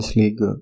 league